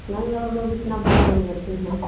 नहीं और लोग इतना भाड़ा नहीं लेते हैं